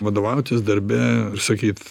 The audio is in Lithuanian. vadovautis darbe sakyt